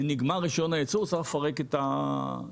שנגמר רישיון הייצור וצריך לפרק את המערכת.